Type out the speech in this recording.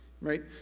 right